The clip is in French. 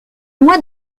mois